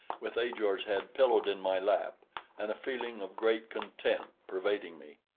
with ajor's head pillowed in my lap and a feeling of great content pervading me.